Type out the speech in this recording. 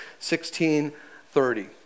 16.30